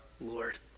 Lord